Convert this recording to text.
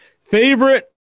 Favorite